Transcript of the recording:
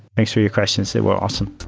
thanks for your questions. they were awesome